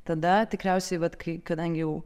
tada tikriausiai vat kai kadangi jau